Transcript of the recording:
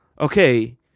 okay